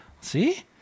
See